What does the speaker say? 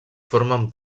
formen